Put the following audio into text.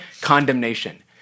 condemnation